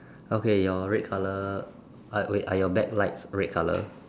okay your red colour ah wait are your back light red colour